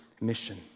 mission